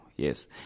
Yes